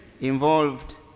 involved